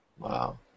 Wow